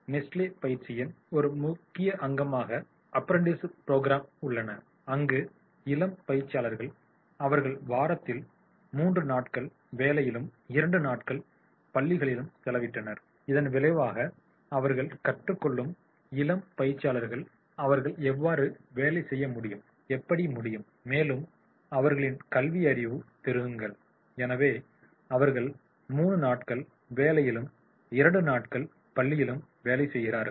Nestle பயிற்சியின் ஒரு முக்கிய அங்கமாக ஆஃப்ரீன்ட்டிஸ்ஷிப் ப்ரோக்ராம் உள்ளன அங்கு இளம் பயிற்சியாளர்கள் அவர்கள் வாரத்தில் 3 நாட்கள் வேலையிலும் 2 நாட்கள் பள்ளிகளிலும் செலவிட்டனர் இதன் விளைவாக அவர்கள் கற்றுக் கொள்ளும் இளம் பயிற்சியாளர்கள் அவர்கள் எவ்வாறு வேலை செய்ய முடியும் எப்படி முடியும் மேலும் அவர்களின் கல்வியையும் பெறுங்கள் எனவே அவர்கள் 3 நாட்கள் வேலையிலும் இரண்டு நாட்கள் பள்ளியிலும் வேலை செய்கிறார்கள்